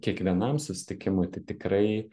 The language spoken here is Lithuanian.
kiekvienam susitikimui tai tikrai